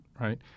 right